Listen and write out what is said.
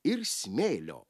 ir smėlio